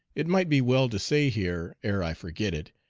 it might be well to say here, ere i forget it,